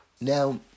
Now